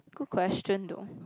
good question though